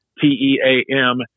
T-E-A-M